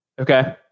Okay